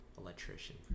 electrician